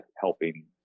helping